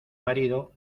marido